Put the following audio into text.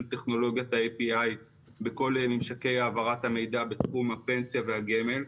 טכנולוגיית ה-api בכל ממשקי העברת המידע בתחום הפנסיה והגמל.